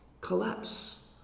collapse